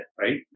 right